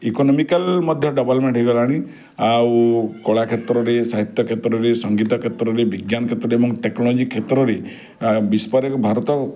economical ମଧ୍ୟ development ହେଇଗଲାଣି ଆଉ କଳା କ୍ଷେତ୍ରରେ ସାହିତ୍ୟ କ୍ଷେତ୍ରରେ ସଙ୍ଗୀତ କ୍ଷେତ୍ରରେ ବିଜ୍ଞାନ କ୍ଷେତ୍ରରେ ଏବଂ ଟେକ୍ନୋଲୋଜି କ୍ଷେତ୍ରରେ ବିଶ୍ଵରେ ଏକ ଭାରତ